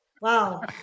wow